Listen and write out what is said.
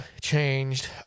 changed